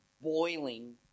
boiling